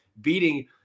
beating